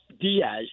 Diaz